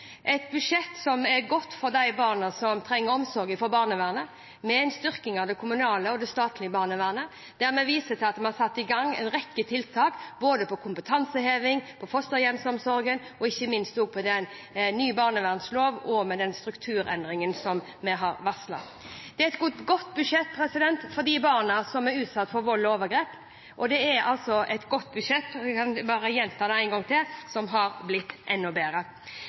et budsjett som er godt for de barna som trenger omsorg fra barnevernet, med en styrking av det kommunale og statlige barnevernet, der vi viser til at det er satt i gang en rekke tiltak både når det gjelder kompetanseheving, fosterhjemsomsorg og ikke minst ny barnevernslov og den strukturendringen som vi har varslet. Det er et godt budsjett for de barna som er utsatt for vold og overgrep, og det er et godt budsjett, jeg kan gjenta det en gang til, som har blitt enda bedre.